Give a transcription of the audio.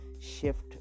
shift